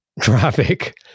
traffic